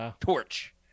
Torch